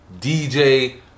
DJ